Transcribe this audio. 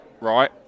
right